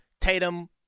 Tatum